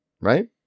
right